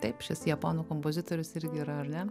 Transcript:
taip šis japonų kompozitorius irgi yra ar ne